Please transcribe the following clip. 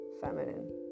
feminine